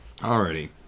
Alrighty